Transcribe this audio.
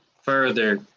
further